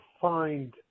find